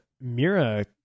Mira